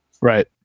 Right